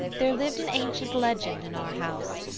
there lived an ancient legend in our house.